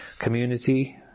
community